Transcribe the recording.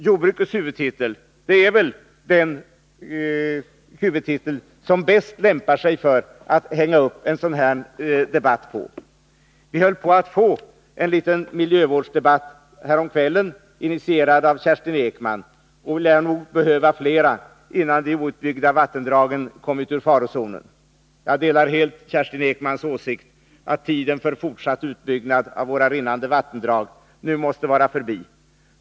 Jordbrukets huvudtitel är väl den som är lämpligast att hänga upp en sådan debatt på. Vi höll på att få en liten miljövårdsdebatt häromkvällen, initierad av Kerstin Ekman, men vi lär behöva fler innan de outbyggda vattendragen har kommit ur farozonen. Jag delar helt Kerstin Ekmans åsikt att tiden för fortsatt utbyggnad av våra rinnande vattendrag nu måste vara förbi.